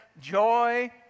Joy